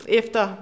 efter